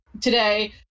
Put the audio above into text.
today